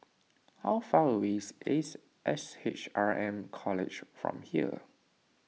how far away is Ace S H R M College from here